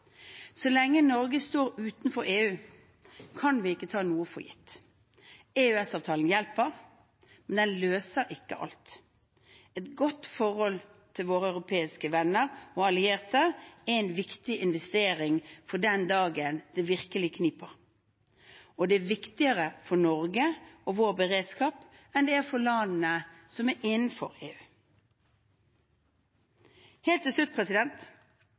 Så lenge Norge står utenfor EU, kan vi ikke ta noe for gitt. EØS-avtalen hjelper, men den løser ikke alt. Et godt forhold til våre europeiske venner og allierte er en viktig investering for den dagen det virkelig kniper. Det er viktigere for Norge og vår beredskap enn det er for landene som er innenfor EU. Helt til slutt